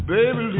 Baby